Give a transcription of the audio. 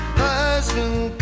husband